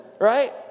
right